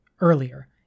earlier